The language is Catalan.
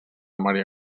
maria